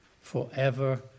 forever